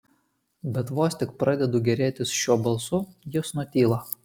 bet vos tik pradedu gėrėtis šiuo balsu jis nutyla